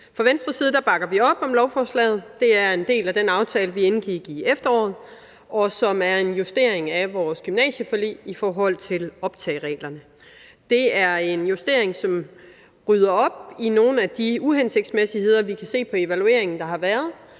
Fra Venstres side bakker vi op om lovforslaget. Det er en del af den aftale, vi indgik i efteråret, og som er en justering at vores gymnasieforlig i forhold til optagereglerne. Det er en justering, som rydder op i nogle af de uhensigtsmæssigheder, vi kan se på evalueringen der har været,